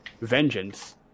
vengeance